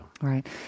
Right